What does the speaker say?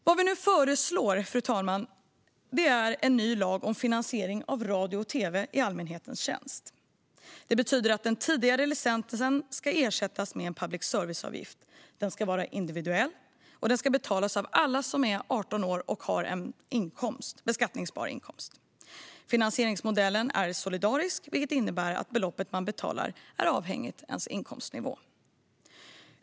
Vad vi nu föreslår, fru talman, är en ny lag om finansiering av radio och tv i allmänhetens tjänst. Det betyder att den tidigare licensen ska ersättas med en public service-avgift. Den ska vara individuell, och den ska betalas av alla som har fyllt 18 år och har en beskattningsbar inkomst. Finansieringsmodellen är solidarisk, vilket innebär att beloppet man betalar är avhängigt ens inkomstnivå.